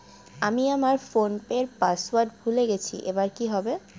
আমি আমার ফোনপের পাসওয়ার্ড ভুলে গেছি এবার কি হবে?